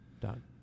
done